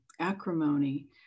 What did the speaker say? acrimony